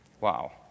Wow